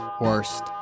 Worst